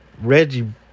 Reggie